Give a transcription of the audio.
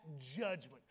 judgment